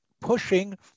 pushing